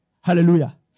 Hallelujah